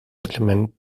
element